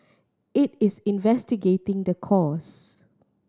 it is investigating the cause